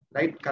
Right